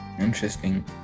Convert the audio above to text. Interesting